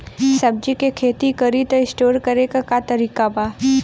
सब्जी के खेती करी त स्टोर करे के का तरीका बा?